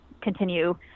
continue